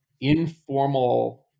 informal